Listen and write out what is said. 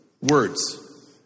Words